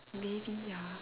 maybe ya